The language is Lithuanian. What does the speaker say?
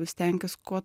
stenkis kuo